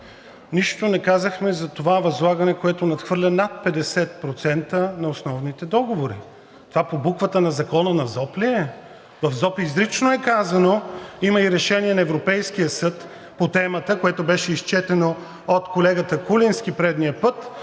Нищо не казахме за това възлагане, което надхвърля над 50% на основните договори. Това по буквата на закона на ЗОП ли е? В ЗОП изрично е казано, има и решение на Европейския съд по темата, което беше изчетено от колегата Куленски предния път,